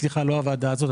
סליחה, לא הוועדה הזאת.